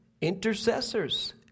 intercessors